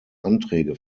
anträge